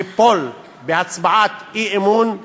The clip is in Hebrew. ליפול בהצבעת אי-אמון.